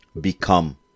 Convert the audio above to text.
Become